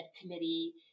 committee